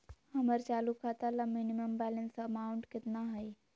हमर चालू खाता ला मिनिमम बैलेंस अमाउंट केतना हइ?